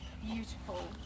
beautiful